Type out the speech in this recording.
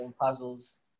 puzzles